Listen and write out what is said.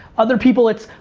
other people, it's,